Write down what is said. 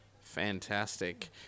Fantastic